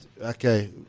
okay